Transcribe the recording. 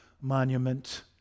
monument